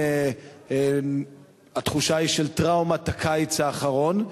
הוא תחושה של טראומת הקיץ האחרון,